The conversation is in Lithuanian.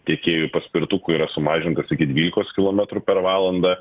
tiekėjų paspirtukų yra sumažintas iki dvylikos kilometrų per valandą